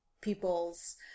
people's